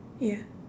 ya